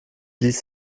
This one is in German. ließ